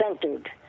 centered